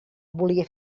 volia